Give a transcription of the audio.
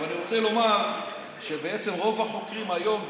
אני רוצה לומר שבעצם רוב החוקרים היום,